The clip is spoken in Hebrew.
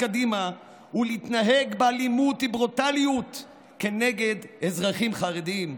קדימה ולהתנהג באלימות וברוטליות כנגד אזרחים חרדים.